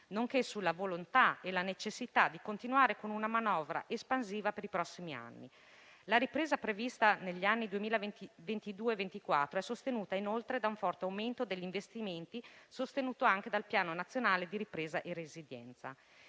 nonché sulla volontà e la necessità di continuare con una manovra espansiva per i prossimi anni. La ripresa prevista negli anni 2022-2024 è sostenuta inoltre da un forte aumento degli investimenti, sostenuto anche dal Piano nazionale di ripresa e resilienza.